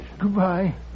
Goodbye